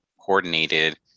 coordinated